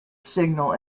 signal